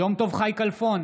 יום טוב חי כלפון,